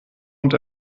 und